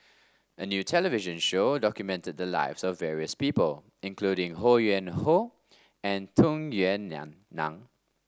a new television show documente the lives of various people including Ho Yuen Hoe and Tung Yue Nang